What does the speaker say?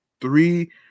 three